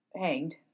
hanged